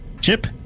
Chip